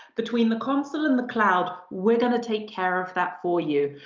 between the console and the cloud we're gonna take care of that for you.